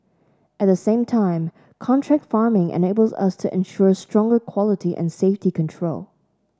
at the same time contract farming enables us to ensure stronger quality and safety control